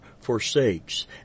forsakes